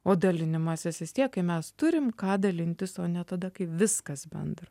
o dalinimasis vis tiek kai mes turim ką dalintis o ne tada kai viskas bendra